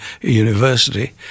university